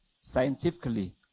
Scientifically